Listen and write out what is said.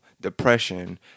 depression